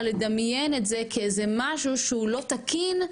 לדמיין את זה כאיזה משהו שהוא לא תקין.